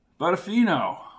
Butterfino